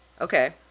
Okay